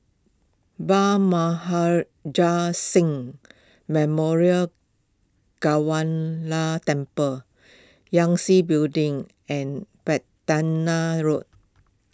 Maharaj Singh Memorial Temple Yangtze Building and Road